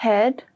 Head